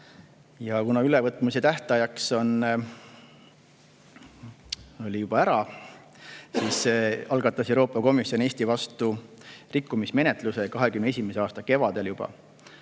Ja kuna ülevõtmise tähtaeg oli juba möödas, siis algatas Euroopa Komisjon Eesti vastu rikkumismenetluse juba 2021. aasta kevadel.